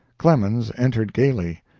clemens entered gaily.